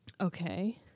Okay